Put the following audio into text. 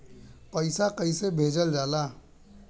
पैसा कैसे भेजल जाला?